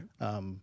Right